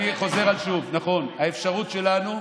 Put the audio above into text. אני חוזר שוב: האפשרות שלנו,